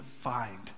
find